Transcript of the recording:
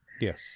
Yes